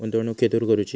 गुंतवणुक खेतुर करूची?